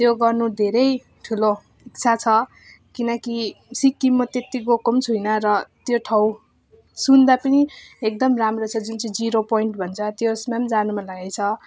त्यो गर्नु धेरै ठुलो इच्छा छ किनकि सिक्किम म त्यत्ति गएको पनि छुइनँ र त्यो ठाउँ सुन्दा पनि एकदम राम्रो छ जुन चाहिँ जिरो पोइन्ट भन्छ त्यसमा पनि जानु मनलागेको छ